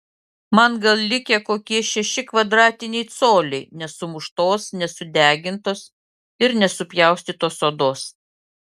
man gal likę kokie šeši kvadratiniai coliai nesumuštos nesudegintos ir nesupjaustytos odos